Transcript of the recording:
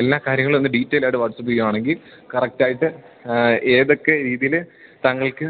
എല്ലാ കാര്യങ്ങൾ ഒന്ന് ഡീറ്റെയ്ലായിട്ട് വാട്സപ്പ് ചെയ്യുകയാണെങ്കിൽ കറക്റ്റായിട്ട് ഏതൊക്കെ രീതിയിൽ താങ്കൾക്ക്